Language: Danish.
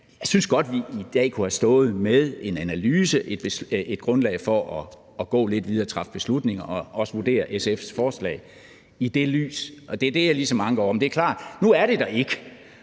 – at vi godt i dag kunne have stået med et analysegrundlag for at gå lidt videre og træffe beslutninger og også vurdere SF's forslag i det lys, og det er det, jeg ligesom anker over. Nu er det der ikke,